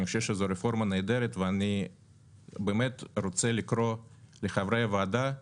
אני חושב שזו רפורמה נהדרת ואני באמת רוצה לקרוא לחברי הוועדה,